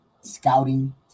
scouting